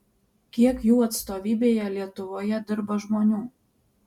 kiek jų atstovybėje lietuvoje dirba žmonių